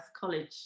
college